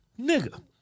nigga